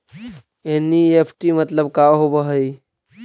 NEFT मतलब का होब हई?